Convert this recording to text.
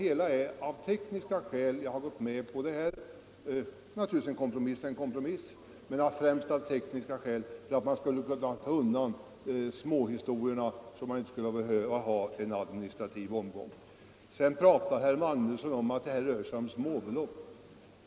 En kompromiss är naturligtvis en kompromiss, men främst av tekniska skäl har jag varit med på förslaget för att man skulle få bort smådetaljerna och slippa en administrativ omgång. Herr Magnusson i Borås sade att det här rör sig om småbelopp.